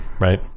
right